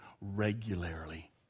regularly